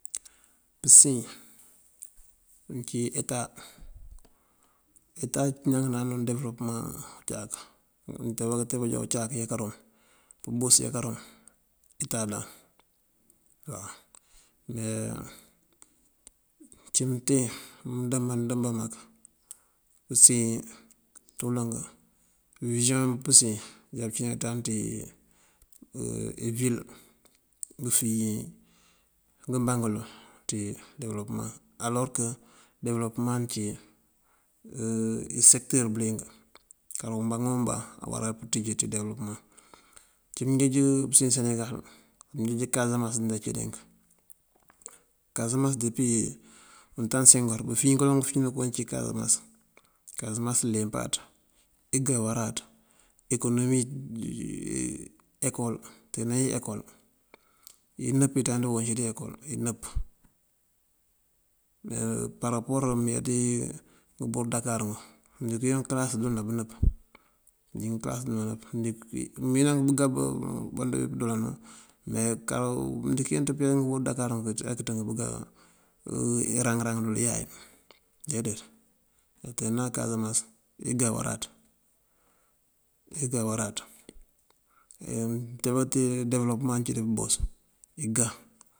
Pësiyën uncí eta, eta kañanká nandun debëlopëmaŋ uncáak. Mënteebá këntee banjá uncáak ayá kurum, pëmbos ayá karum, eta ndan waw. Me uncí mënteen mëndëmban mëndëmban mak pësiyën doolank urësáas pësiyën ajá pënţañ dí wil pëfiye ţí ngëmbaŋ ngëloŋ. Alorëk debëlopëmaŋ ací ngësekëtër bëliyëng kar ombaŋ ombaŋ awará pënţíj ţí debëlopëmaŋ. Uncí mënjeej pësiyën senegal mënjeej kasamans njí dací dink, kasamans dëpuwi utaŋ senghor bufina këfina koŋ cí wí kasamans. Kasamans leempaţ igá waráţ, ekonomi, ekol teenee ekol inëp ţañ doŋ icí ţí ekol inëp. Parapor mëyá ţí umburu dakar wun mëndiŋ wín këlas duna dí inëp këlas dí inëp. Mëwín nak bëgá banjá budoolanu me ká mëndiŋ yeenţ pëyá umburu dakar wun ajá kënţënk bëgá iraŋ iraŋ yun iyay deendeeţ. Teenan kasamas igá waráţ, igá waráţ. Mëntee bá këte devëlopëmaŋ cí dí pëmbos igá.